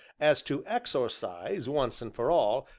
as to exorcise, once and for all,